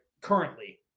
currently